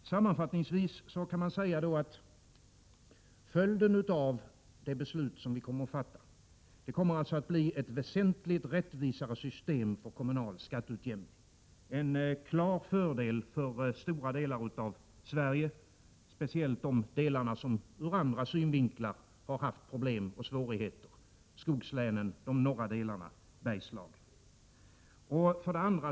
Sammanfattningsvis kan jag säga att följden av det beslut som vi kommer att fatta blir för det första ett väsentligt rättvisare system för kommunal skatteutjämning — en klar fördel för stora delar av Sverige, speciellt de delar som ur andra synvinklar har haft problem och svårigheter. Det gäller skogslänen, de norra delarna av landet och Bergslagen.